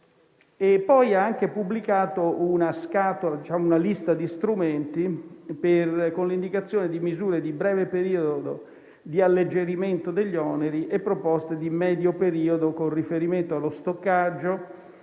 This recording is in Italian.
contrattuale, pubblicando altresì una lista di strumenti con l'indicazione di misure di breve periodo di alleggerimento degli oneri e proposte di medio periodo con riferimento allo stoccaggio,